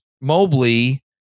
Mobley